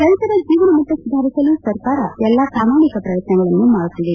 ರೈತರ ಜೀವನಮಟ್ಟ ಸುಧಾರಿಸಲು ಸರ್ಕಾರ ಎಲ್ಲಾ ಪ್ರಮಾಣಿಕ ಪ್ರಯತ್ನಗಳನ್ನು ಮಾಡುತ್ತಿದೆ